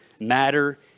matter